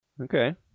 Okay